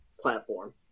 platform